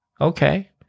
Okay